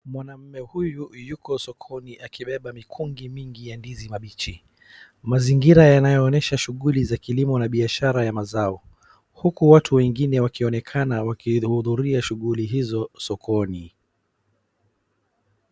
Mwanamume huyu yoko sokoni akibeba mikungi mingi ya ndizi mabichi. Mazingira yanayoonyesha shughuli za kilimo na biashara ya mazao. Huku watu wengine wakionekana wakihudhuria shughuli hizo sokoni.